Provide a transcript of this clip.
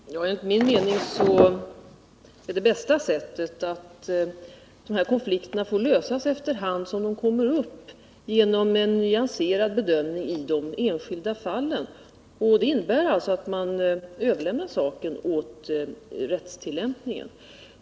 Herr talman! Enligt min mening är det bästa sättet att dessa konflikter får lösas efter hand som de uppkommer genom en nyanserad bedömning i de enskilda fallen. Det innebär alltså att man överlåter saken åt rättstillämpningen.